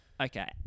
Okay